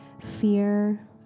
fear